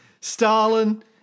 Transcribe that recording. Stalin